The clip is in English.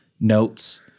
notes